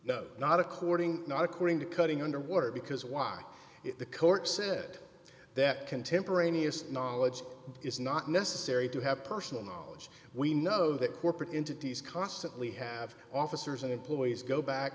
happening not according not according to cutting underwater because why the court said that contemporaneous knowledge is not necessary to have personal knowledge we know that corporate entity is constantly have officers and employees go back